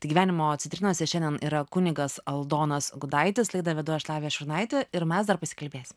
tai gyvenimo citrinose šiandien yra kunigas aldonas gudaitis laida vedu aš lavija šurnaitė ir mes dar pasikalbėsim